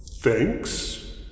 Thanks